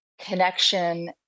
connection